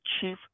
Chief